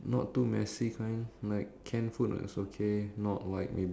I'll definitely try and get a bit of alcohol and